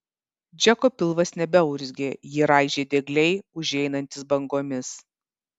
džeko pilvas nebeurzgė jį raižė diegliai užeinantys bangomis